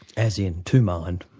as in to mind,